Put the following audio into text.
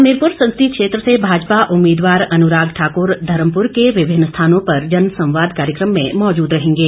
हमीरपुर संसदीय क्षेत्र से भाजपा उम्मीदवार अनुराग ठाकुर धर्मपुर के विभिन्न स्थानों पर जन संवाद कार्यक्रम में मौजूद रहेंगे